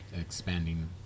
expanding